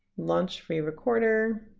launch free recorder.